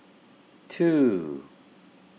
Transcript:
two